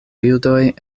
bildoj